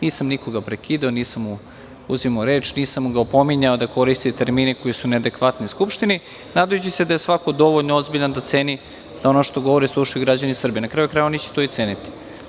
Nisam nikoga prekidao, nisam mu uzimao reč, nisam ga opominjao da koristi termine koji su neadekvatni Skupštini, nadajući se da je svako dovoljno ozbiljan da ceni da ono što govori slušaju građani Srbije, na kraju krajeva oni će to i ceniti.